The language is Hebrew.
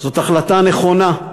זאת החלטה נכונה.